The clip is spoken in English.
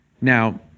Now